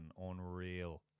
unreal